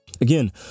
Again